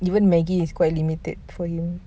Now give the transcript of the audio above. even maggi is quite limited for him